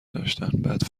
داشتن، بعد